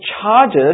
charges